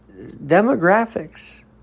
Demographics